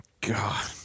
God